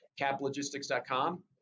caplogistics.com